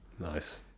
nice